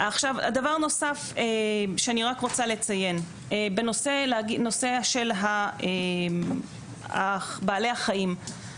דבר נוסף שאני רוצה לציין, בנושא של בעלי החיים.